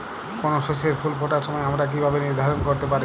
কোনো শস্যের ফুল ফোটার সময় আমরা কীভাবে নির্ধারন করতে পারি?